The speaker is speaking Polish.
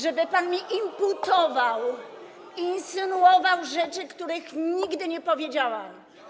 żeby pan mi imputował, żeby pan insynuował rzeczy, których nigdy nie powiedziałam.